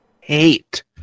hate